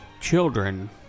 children